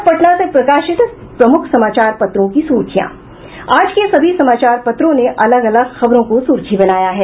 अब पटना से प्रकाशित प्रमुख समाचार पत्रों की सुर्खियां आज के सभी समाचार पत्रों ने अलग अलग खबरों को सुर्खी बनायी है